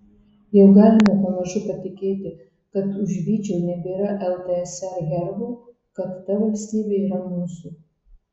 jau galime pamažu patikėti kad už vyčio nebėra ltsr herbo kad ta valstybė yra mūsų